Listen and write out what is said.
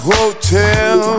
Hotel